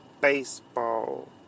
baseball